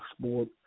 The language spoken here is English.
sport